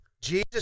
jesus